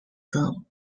them